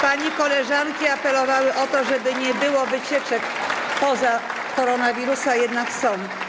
Pani koleżanki apelowały o to, żeby nie było wycieczek poza temat koronawirusa, a jednak są.